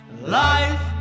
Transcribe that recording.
Life